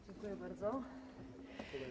Dziękuję bardzo.